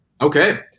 Okay